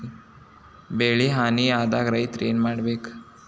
ಬೆಳಿ ಹಾನಿ ಆದಾಗ ರೈತ್ರ ಏನ್ ಮಾಡ್ಬೇಕ್?